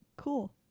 Cool